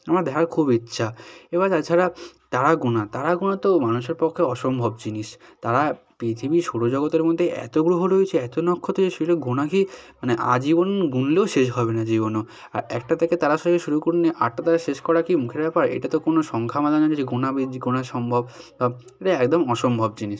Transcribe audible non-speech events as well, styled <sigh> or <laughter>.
আমার দেখার খুব ইচ্ছা এবার তাছাড়া তারা গোনা তারা গোনা তো মানুষের পক্ষে অসম্ভব জিনিস তারা পৃথিবী সৌরজগতের মধ্যে এত গ্রহ রয়েছে এত নক্ষত্র রয়েছে সেটা গোনা কি মানে আজীবন গুনলেও শেষ হবে না জীবনেও আর একটা থেকে তারা <unintelligible> শুরু করলে আটটা তারায় শেষ করা কী মুখের ব্যাপার এটা তো কোনো সংখ্যামালা না যে গোনা হবে যে গোনা সম্ভব <unintelligible> এটা একদম অসম্ভব জিনিস